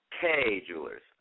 K-Jewelers